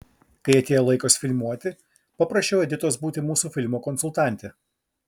kai atėjo laikas filmuoti paprašiau editos būti mūsų filmo konsultante